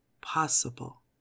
possible